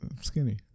Skinny